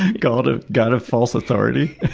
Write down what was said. god ah god of false authority.